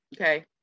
Okay